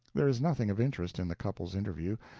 there is nothing of interest in the couple's interview.